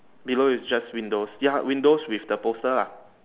below is just windows ya windows with the poster ah